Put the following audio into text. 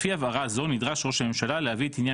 לפי הבהרה זו נדרש ראש הממשלה להביא את עניין